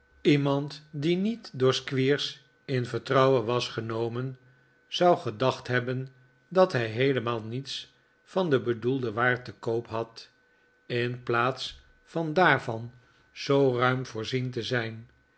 iemand die niet door squeers in vertrouwen was genomen zou gedacht hebben dat hij heelemaal niets van de bedoelde waar te koop had in plaats van daarvan zoo ruim voorzien te zijn